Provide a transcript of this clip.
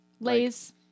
Lay's